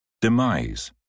Demise